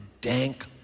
dank